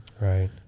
Right